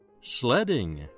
Sledding